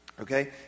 Okay